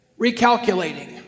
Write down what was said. recalculating